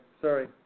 sorry